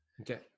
Okay